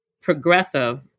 progressive